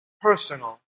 personal